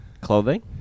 clothing